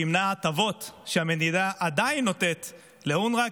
שימנע הטבות שהמדינה עדיין נותנת לאונר"א,